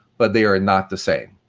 but they're not the same.